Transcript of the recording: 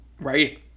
right